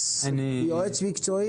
יועץ מקצועי?